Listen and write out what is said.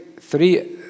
three